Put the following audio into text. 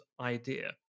idea